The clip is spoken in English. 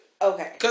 Okay